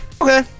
okay